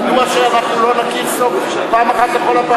אז מדוע שאנחנו לא נכיר פעם אחת לכל הפעמים,